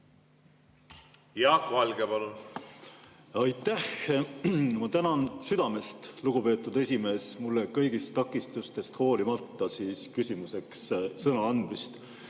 Jaak Valge, palun! Tänan südamest, lugupeetud esimees, mulle kõigist takistustest hoolimata küsimuseks sõna andmast!